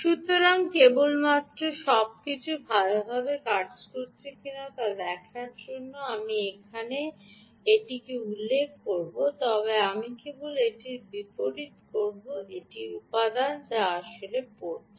সুতরাং কেবলমাত্র সবকিছু ভালভাবে কাজ করছে কিনা তা দেখার জন্য আমি এখানে এখানে উল্লেখ করব তবে আমি কেবল এটির বিপরীত করব এটি উপাদান যা আসলে এটি পড়ছে